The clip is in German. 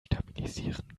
stabilisieren